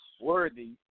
worthy